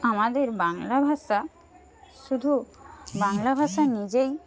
আমাদের বাংলা ভাষা শুধু বাংলা ভাষা নিজেই